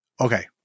Okay